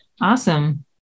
Awesome